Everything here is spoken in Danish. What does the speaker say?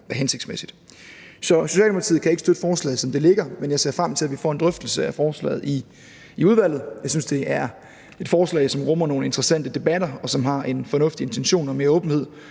hensigtsmæssigt. Så Socialdemokratiet kan ikke støtte forslaget, som det ligger, men jeg ser frem til, at vi får en drøftelse af forslaget i udvalget. Jeg synes, det er et forslag, der rummer nogle interessante debatter, og som har en fornuftig intention om mere åbenhed.